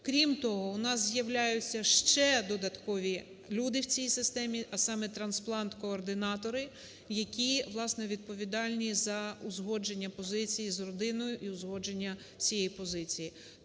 Крім того у нас з'являються ще додаткові люди в цій системі, а саме трансплант-координатори, які, власне, відповідальні за узгодження позиції з родиною і узгодження всієї позиції.